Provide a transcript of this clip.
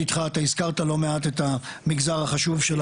אתה הזכרת לא מעט את המגזר החשוב של